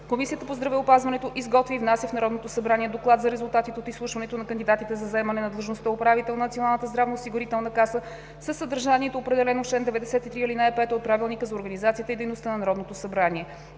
Комисията по здравеопазването изготвя и внася в Народното събрание доклад за резултатите от изслушването на кандидатите за заемане на длъжността управител на Националната здравноосигурителна каса със съдържанието, определено в чл. 93, ал. 5 от Правилника за организацията и дейността на Народното събрание.